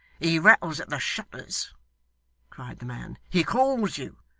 he rattles at the shutters cried the man. he calls you.